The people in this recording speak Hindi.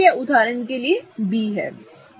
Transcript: इसलिए यह उदाहरण के लिए B है